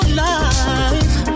life